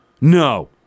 no